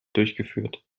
durchgeführt